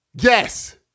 Yes